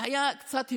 היה קצת הגיוני.